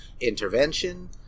Intervention